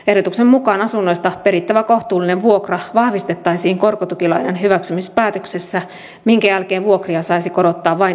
ehdotuksen mukaan asunnoista perittävä kohtuullinen vuokra vahvistettaisiin korkotukilainan hyväksymispäätöksessä minkä jälkeen vuokria saisi korottaa vain indeksiperusteisesti